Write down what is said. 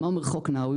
מה אומר חוק נאווי?